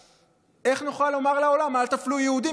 איך נוכל לומר לעולם: אל תפלו יהודים,